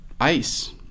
Ice